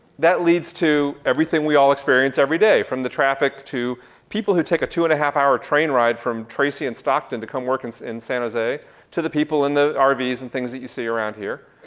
that leads to everything we all experience everyday from the traffic to people who take a two and a half hour train ride from tracy and stockton to come work and in san jose to the people in the ah rvs and things that you see around here,